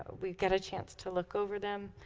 we've got a chance to look over them